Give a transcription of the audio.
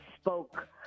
spoke